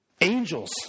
angels